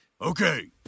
Okay